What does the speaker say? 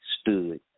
stood